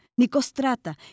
Nicostrata